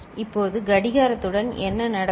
இப்போது கடிகாரத்துடன் என்ன நடக்கும்